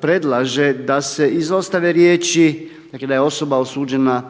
predlaže da se izostave riječi dakle da je osoba osuđena